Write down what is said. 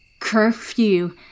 curfew